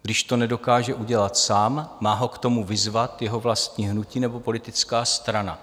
Když to nedokáže udělat sám, má ho k tomu vyzvat jeho vlastní hnutí nebo politická strana.